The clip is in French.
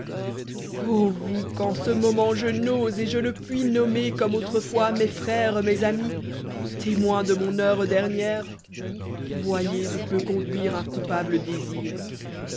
vous qu'en ce moment je n'ose et je ne puis pommer comme autrefois mes frères mes ami témoins de mon heure dernière voyez où peut çpnduire un coupable